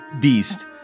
beast